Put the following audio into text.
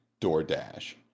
DoorDash